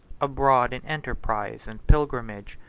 abroad in enterprise and pilgrimage,